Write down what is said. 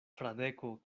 fradeko